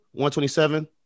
127